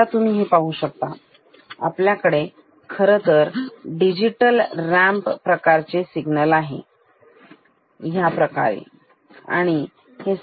आतातुम्ही हे पाहू शकता आपल्याकडे खरतर डिजिटल रॅम्प सिग्नल आहे आणि सिग्नल ह्याप्रमाणे असेल